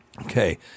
Okay